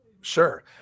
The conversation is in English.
Sure